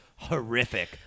Horrific